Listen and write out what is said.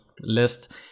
list